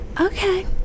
okay